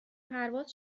پرواز